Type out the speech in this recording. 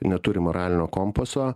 neturi moralinio kompaso